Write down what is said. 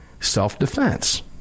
Self-defense